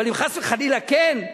אבל אם חס וחלילה כן,